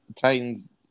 Titans